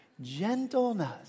Gentleness